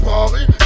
Paris